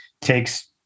takes